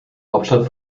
hauptstadt